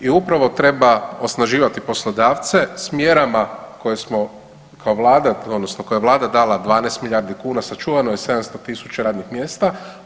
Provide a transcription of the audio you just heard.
I upravo treba osnaživati poslodavce sa mjerama koje smo kao Vlada, odnosno koje je Vlada dala 12 milijardi kuna sačuvano je 700 000 radnih mjesta.